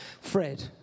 Fred